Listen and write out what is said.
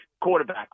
Quarterback